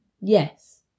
Yes